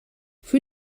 für